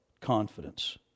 confidence